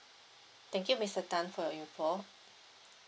thank you mister tan for your info